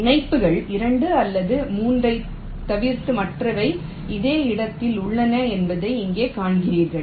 இணைப்புகள் 2 அல்லது 3 ஐத் தவிர்த்து மற்றவை இதே இடத்தில் உள்ளன என்பதை இங்கே காண்கிறீர்கள்